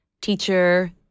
teacher